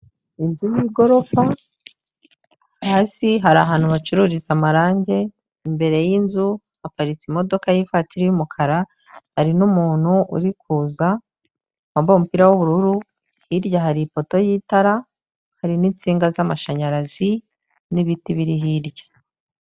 Inzu y'igorofa, hasi hari ahantu bacururiza amarangi, imbere y'inzu haparitse imodoka y'ivatiri y'umukara, hari n'umuntu uri kuza wambaye umupira w'ubururu, hirya hari ipoto y'itara, hari n'insinga z'amashanyarazi n'ibiti biri hirya.